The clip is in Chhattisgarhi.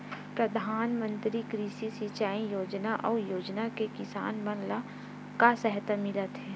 प्रधान मंतरी कृषि सिंचाई योजना अउ योजना से किसान मन ला का सहायता मिलत हे?